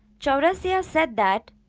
chaurasia said that